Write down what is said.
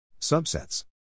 Subsets